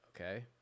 Okay